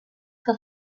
que